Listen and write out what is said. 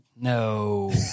No